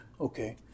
okay